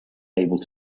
able